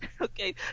okay